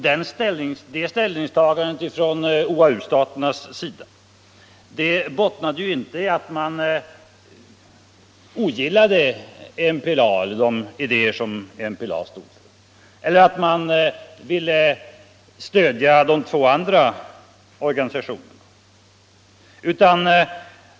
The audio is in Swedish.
Detta ställningstagande från OAU-staternas sida bottnade inte i att de ogillade de idéer som MPLA står för och inte heller i att de ville stödja de två andra organisationerna.